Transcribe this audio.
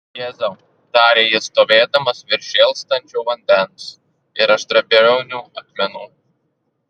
jėzau tarė jis stovėdamas virš šėlstančio vandens ir aštriabriaunių akmenų